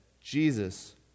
Jesus